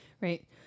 Right